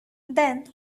then